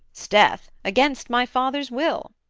sdeath! against my father's will